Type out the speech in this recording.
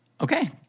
Okay